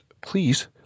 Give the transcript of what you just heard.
please